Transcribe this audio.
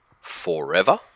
forever